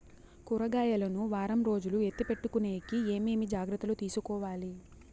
కూరగాయలు ను వారం రోజులు ఎత్తిపెట్టుకునేకి ఏమేమి జాగ్రత్తలు తీసుకొవాలి?